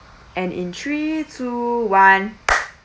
and in three two one